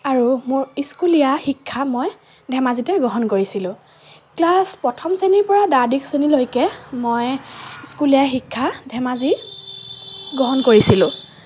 আৰু মোৰ স্কুলীয়া শিক্ষা মই ধেমাজিতে গ্ৰহণ কৰিছিলোঁ ক্লাছ প্ৰথম শ্ৰেণীৰ পৰা দ্বাদশ শ্ৰেণীলৈকে মই স্কুলীয়া শিক্ষা ধেমাজিত গ্ৰহণ কৰিছিলোঁ